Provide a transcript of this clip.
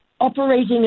operating